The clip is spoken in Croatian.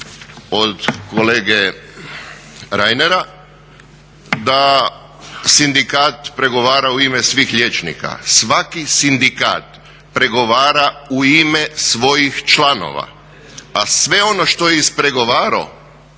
od kolege Rainera a sindikat pregovara u ime svih liječnika. Svaki sindikat pregovara u ime svojih članova a sve ono što je ispregovarao